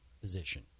position